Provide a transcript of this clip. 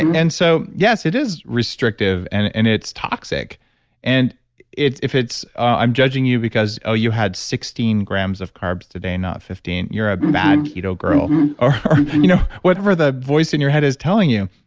and so yes, it is restrictive and and it's toxic and if it's i'm judging you because, oh you had sixteen grams of carbs today not fifteen. you're a bad keto girl or you know whatever the voice in your head is telling you.